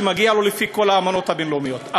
שמגיע לו לפי כל האמנות הבין-לאומיות.